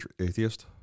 Atheist